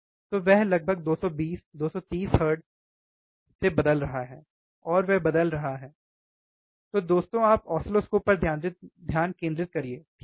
तो वह लगभग 220 230 Hz सही 230 Hz से बदल रहा है और वह बदल रहा है तो दोस्तों आप ऑसिलोस्कोप पर ध्यान केंद्रित करिए ठीक है